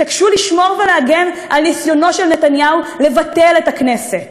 התעקשו לשמור ולהגן על ניסיונו של נתניהו לבטל את הכנסת.